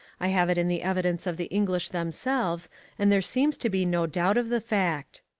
i have it in the evidence of the english themselves and there seems to be no doubt of the fact.